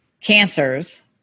cancers